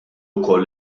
wkoll